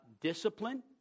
discipline